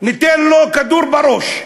ניתן לו כדור בראש.